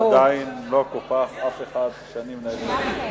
עדיין לא קופח אף אחד כשאני מנהל את הישיבה.